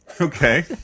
Okay